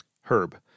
Herb